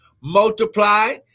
multiply